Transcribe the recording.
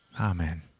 Amen